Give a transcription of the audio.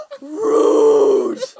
Rude